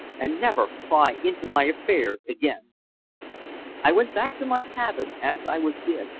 and never pry into my affairs again i went back to my cabin as i was bid,